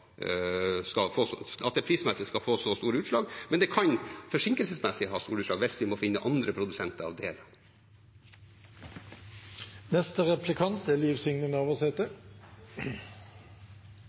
få så store utslag, men det kan forsinkelsesmessig ha store utslag hvis vi må finne andre produsenter av deler. Det